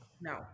no